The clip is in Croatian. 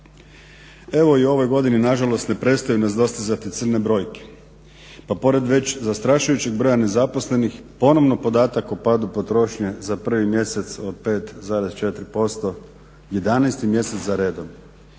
Evo i u ovoj godini nažalost ne prestaju nas dostizati crne brojke pa pored već zastrašujućeg broja nezaposlenih ponovno podatak o padu potrošnje za 1.mjesec od 5,4%, 11.-ti mjesec za redom